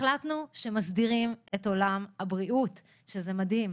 החלטנו שמסדירים את עולם הבריאות, שזה מדהים.